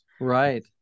Right